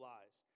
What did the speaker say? Lies